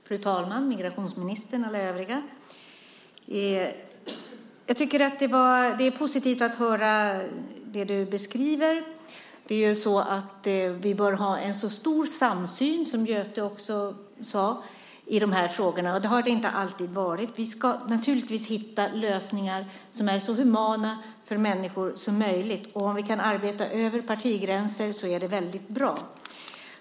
Fru talman! Migrationsministern och alla övriga! Jag tycker att det är positivt att höra det som du beskriver. Vi bör ha en stor samsyn i dessa frågor, vilket Göte Wahlström också sade. Och så har det inte alltid varit. Vi ska naturligtvis hitta lösningar som är så humana som möjligt för människor. Och om vi kan arbeta över partigränser så är det väldigt bra.